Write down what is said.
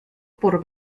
por